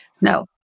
no